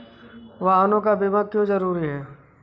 वाहनों का बीमा क्यो जरूरी है?